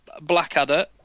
Blackadder